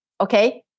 okay